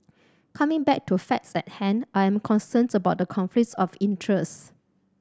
coming back to facts at hand I am concerned about the conflicts of interest